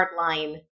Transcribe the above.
hardline